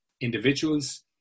individuals